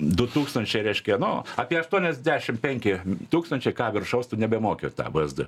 du tūkstančiai reikšia nu apie aštuoniasdešim penki tūkstančiai ką viršaus tu nebemoki tą vsd